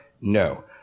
No